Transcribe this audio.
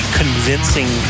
convincing